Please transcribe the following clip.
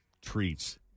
treats